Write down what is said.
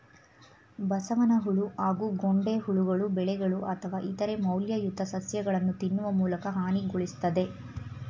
ಬಸವನಹುಳು ಹಾಗೂ ಗೊಂಡೆಹುಳುಗಳು ಬೆಳೆಗಳು ಅಥವಾ ಇತರ ಮೌಲ್ಯಯುತ ಸಸ್ಯಗಳನ್ನು ತಿನ್ನುವ ಮೂಲಕ ಹಾನಿಗೊಳಿಸ್ತದೆ